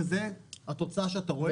וזאת התוצאה שאתה רואה פה.